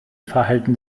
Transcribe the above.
verhalten